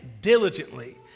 diligently